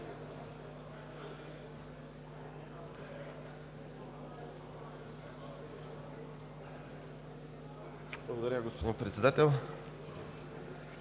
Благодаря, господин Председател.